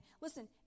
listen